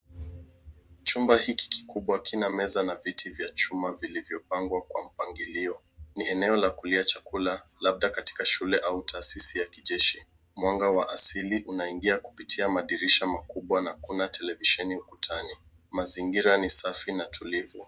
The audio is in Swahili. Chumba hiki kikubwa kina meza na viti vya chuma vilivyopangwa kwa mpangilio. Ni eneo la kulia chakula labda katika shule au taasisi ya kijeshi. Mwanga wa asili unaingia kupitia madirisha makubwa na hakuna televisheni ukutani. Mazingira ni safi na tulivu.